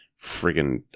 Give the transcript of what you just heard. friggin